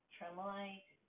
Tremolite